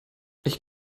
ich